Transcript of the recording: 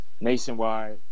nationwide